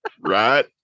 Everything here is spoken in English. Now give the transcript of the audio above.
Right